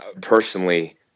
personally